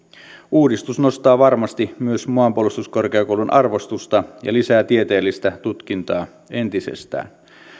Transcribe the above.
uudistus nostaa varmasti myös maanpuolustuskorkeakoulun arvostusta ja lisää tieteellistä tutkintaa entisestään